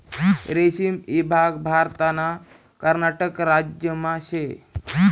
रेशीम ईभाग भारतना कर्नाटक राज्यमा शे